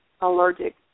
allergic